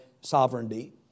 sovereignty